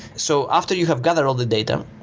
so after you have gathered all the data,